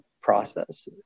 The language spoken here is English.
process